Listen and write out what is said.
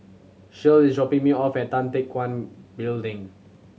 Shirl is dropping me off at Tan Teck Guan Building